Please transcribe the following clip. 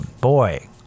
boy